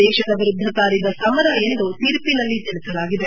ದೇಶದ ವಿರುದ್ದ ಸಾರಿದ ಸಮರ ಎಂದು ತೀರ್ಖಿನಲ್ಲಿ ತಿಳಿಸಲಾಗಿದೆ